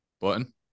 Button